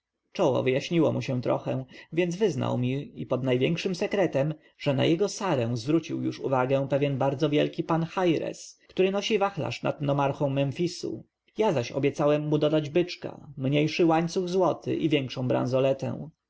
czoło wyjaśniło mu się trochę więc wyznał mi pod największym sekretem że na jego sarę zwrócił już uwagę pewien bardzo wielki pan chaires który nosi wachlarz nad nomarchą memfisu ja zaś obiecałem mu dać byczka mniejszy łańcuch złoty i większą branzoletę